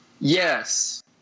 Yes